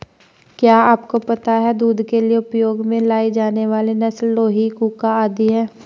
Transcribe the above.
क्या आपको पता है दूध के लिए उपयोग में लाई जाने वाली नस्ल लोही, कूका आदि है?